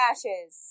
Ashes